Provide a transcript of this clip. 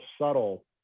subtle